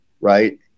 Right